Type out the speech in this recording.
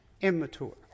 immature